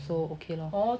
so okay lor hor